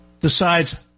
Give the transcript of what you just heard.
decides